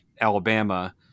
Alabama